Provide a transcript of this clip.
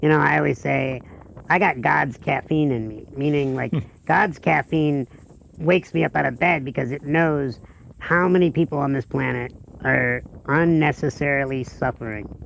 you know i always say i got god's caffeine in me, meaning like god's caffeine wakes me up out of bed because it knows how many people on this planet are unnecessarily suffering.